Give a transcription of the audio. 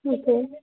okay